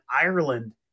Ireland